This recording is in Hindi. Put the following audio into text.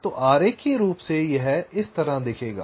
तो आरेखीय रूप से यह इस तरह दिखेगा